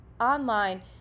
online